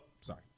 sorry